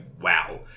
wow